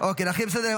אוקיי, לכלול בסדר-היום.